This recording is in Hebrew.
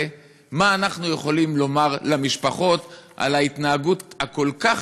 מה אנחנו יכולים לומר למשפחות על ההתנהגות הכל-כך